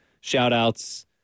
shout-outs